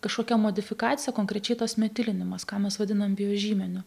kažkokia modifikacija konkrečiai tas metilinimas ką mes vadiname biožymeniu